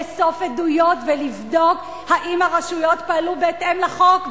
לאסוף עדויות ולבדוק אם הרשויות פעלו בהתאם לחוק,